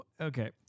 Okay